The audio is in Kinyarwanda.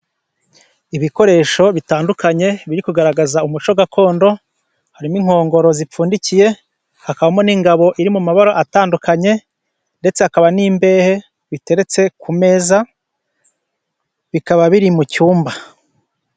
Ibikoresho bitandukanye biri kugaragaza umuco gakondo. Harimo inkongoro zipfundikiye, hakabamo n'ingabo iri mu mabara atandukanye, ndetse hakaba n'imbehe. Biteretse ku meza bikaba biri mu cyumba.